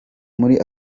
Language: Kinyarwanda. muri